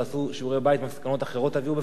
לא, לא, אני לא מצפה מראש הממשלה שום דבר.